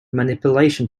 manipulation